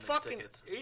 tickets